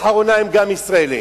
לאחרונה גם הדארפורים הם ישראלים.